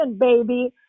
baby